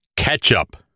Ketchup